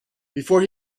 before